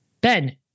ben